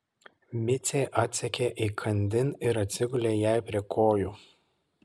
micė atsekė įkandin ir atsigulė jai prie kojų